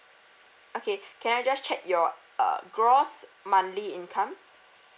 okay can I just check your uh gross monthly income